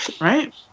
right